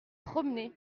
promener